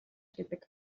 гэдэг